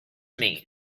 mean